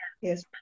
yes